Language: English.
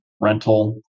rental